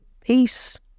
Peace